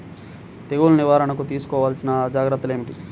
తెగులు నివారణకు తీసుకోవలసిన జాగ్రత్తలు ఏమిటీ?